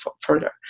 further